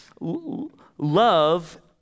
love